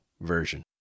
Version